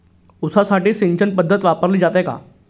ऊसासाठी सिंचन पद्धत वापरली जाते का?